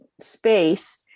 space